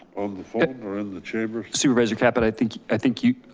on the phone or in the chamber? supervisor, caput, i think i think you,